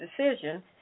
decision